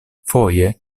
foje